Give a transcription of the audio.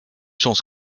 chance